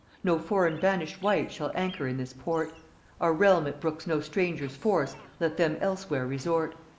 no foreign banish'd wight shall anchor in this port our realm it brooks no strangers' force, let them elsewhere resort.